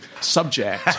subject